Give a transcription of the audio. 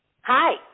hi